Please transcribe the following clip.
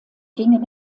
gingen